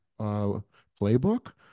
playbook